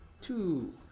Two